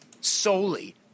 solely